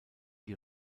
die